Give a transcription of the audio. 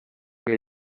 que